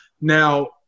Now